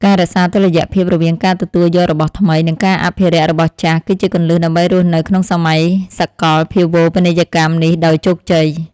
ការរក្សាតុល្យភាពរវាងការទទួលយករបស់ថ្មី និងការអភិរក្សរបស់ចាស់ គឺជាគន្លឹះដើម្បីរស់នៅក្នុងសម័យសកលភាវូបនីយកម្មនេះដោយជោគជ័យ។